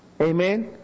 Amen